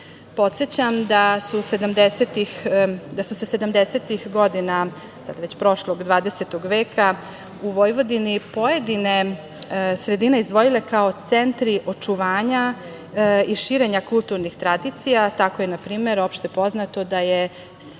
se sedamdesetih godina, sad već prošlog, dvadesetog veka u Vojvodini pojedine sredine izdvojile kao centri očuvanja i širenja kulturnih tradicija. Tako je na primer opštepoznato da je Senta